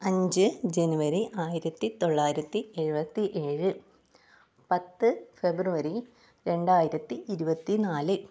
അഞ്ച് ജനുവരി ആയിരത്തി തൊള്ളായിരത്തി എഴുപത്തി ഏഴ് പത്ത് ഫെബ്രുവരി രണ്ടായിരത്തി ഇരുപത്തി നാല്